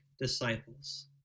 disciples